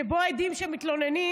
שבו עדים שמתלוננים,